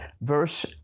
verse